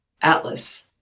Atlas